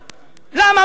למה מה קרה?